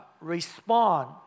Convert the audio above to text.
respond